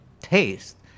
taste